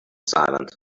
silent